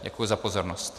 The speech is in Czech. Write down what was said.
Děkuji za pozornost.